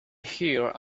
heard